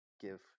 give